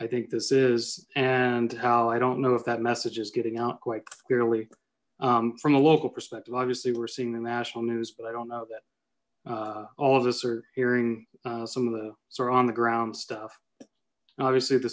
i think this is and how i don't know if that message is getting out quite clearly from a local perspective obviously we're seeing the national news but i don't know that all of us are hearing some of the soraa on the ground stuff obviously the